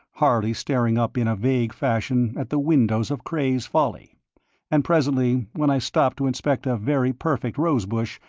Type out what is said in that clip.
harley staring up in a vague fashion at the windows of cray's folly and presently, when i stopped to inspect a very perfect rose bush,